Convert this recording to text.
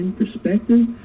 Perspective